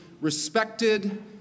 respected